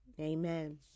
Amen